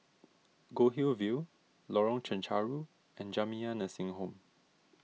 Goldhill View Lorong Chencharu and Jamiyah Nursing Home